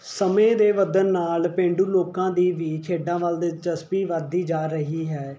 ਸਮੇਂ ਦੇ ਵਧਣ ਨਾਲ ਪੇਂਡੂ ਲੋਕਾਂ ਦੀ ਵੀ ਖੇਡਾਂ ਵੱਲ ਦਿਲਚਸਪੀ ਵੱਧਦੀ ਜਾ ਰਹੀ ਹੈ